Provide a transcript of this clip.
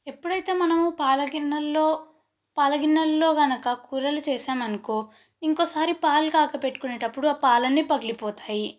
ఎప్పుడైతే మనం పాల గిన్నెలలో పాల గిన్నెలలో కనుక కూరలు చేశామనుకో ఇంకోసారి పాలు కాగపెట్టుకునేటప్పుడు ఆ పాలు అన్నీ పగిలిపోతాయి